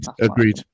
agreed